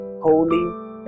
holy